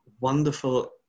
wonderful